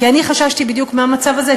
כי אני חששתי בדיוק מהמצב הזה,